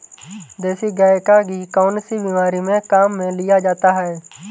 देसी गाय का घी कौनसी बीमारी में काम में लिया जाता है?